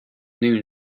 noon